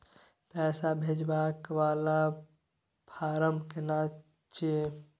पैसा भेजबाक वाला फारम केना छिए?